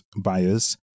buyers